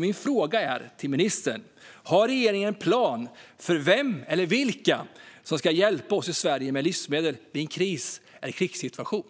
Min fråga är till ministern: Har regeringen en plan för vem eller vilka som ska hjälpa oss i Sverige med livsmedel vid en kris eller krigssituation?